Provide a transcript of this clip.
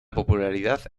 popularidad